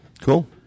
Cool